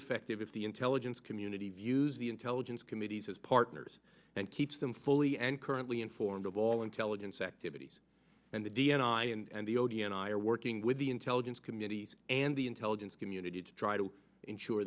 effective if the intelligence community views the intelligence committees as partners and keeps them fully and currently informed of all intelligence activities and the d n i and the odeon i are working with the intelligence committees and the intelligence community to try to ensure